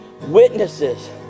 witnesses